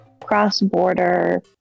cross-border